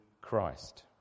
Christ